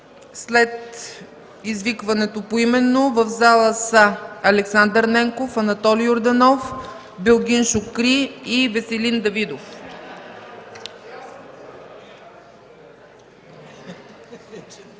след извикването поименно, в залата са влезли: Александър Ненков, Анатолий Йорданов, Белгин Шукри и Веселин Давидов.